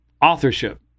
authorship